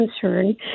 concern